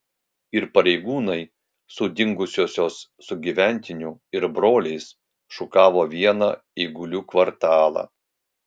ir pareigūnai su dingusiosios sugyventiniu ir broliais šukavo vieną eigulių kvartalą